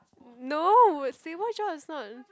no stable job is not